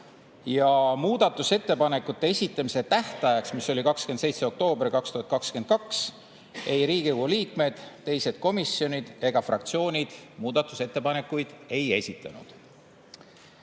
Ja muudatusettepanekute esitamise tähtajaks, mis oli 27. oktoober 2022, ei Riigikogu liikmed, teised komisjonid ega fraktsioonid muudatusettepanekuid ei